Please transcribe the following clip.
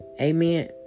Amen